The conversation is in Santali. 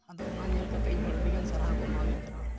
ᱟᱫᱚ ᱚᱱᱟ ᱧᱮᱞ ᱠᱟᱛᱮᱫ ᱤᱧ ᱦᱚᱲ ᱟᱹᱰᱤᱜᱟᱱ ᱥᱟᱨᱦᱟᱣᱠᱚ ᱮᱢᱟᱣᱟᱫᱤᱧ ᱛᱮᱦᱮᱱᱚᱜᱼᱟ